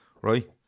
right